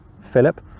philip